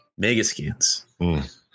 megascans